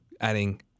adding